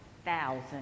thousand